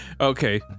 Okay